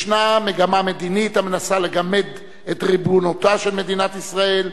ישנה מגמה מדינית המנסה לגמד את ריבונותה של מדינת ישראל,